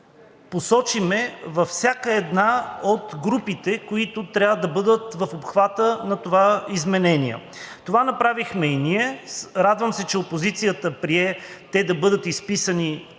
да посочим всяка от групите, които трябва да бъдат в обхвата на това изменение. Това направихме и ние. Радвам се, че опозицията прие да бъде изписана